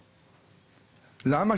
למה?